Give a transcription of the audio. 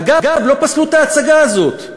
אגב, לא פסלו את ההצגה הזאת,